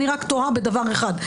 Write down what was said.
אני רק תוהה בדבר אחד,